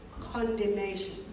condemnation